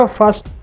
first